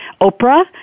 Oprah